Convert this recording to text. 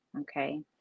okay